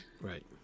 Right